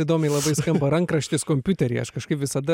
įdomiai labai skamba rankraštis kompiuteryje aš kažkaip visada